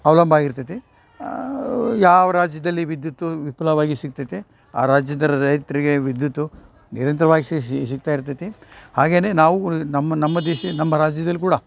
ಅವಲಂಬ ಆಗ್ತಿರ್ತತಿ ಯಾವ ರಾಜ್ಯದಲ್ಲಿ ವಿದ್ಯುತ್ತು ವಿಫಲವಾಗಿ ಸಿಗ್ತತೆ ಆ ರಾಜ್ಯದ ರೈತ್ರಿಗೆ ವಿದ್ಯುತ್ತು ನಿರಂತರ್ವಾಗಿ ಸಿಗ್ತಾ ಇರ್ತತಿ ಹಾಗೇನೇ ನಾವು ನಮ್ ನಮ್ಮ ದೇಶ ನಮ್ಮ ರಾಜ್ಯದಲ್ಲಿ ಕೂಡ